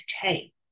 take